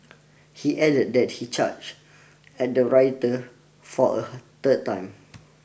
he added that he charged at the rioter for a third time